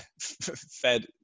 fed